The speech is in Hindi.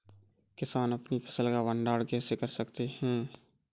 किसान अपनी फसल का भंडारण कैसे कर सकते हैं?